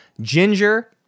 ginger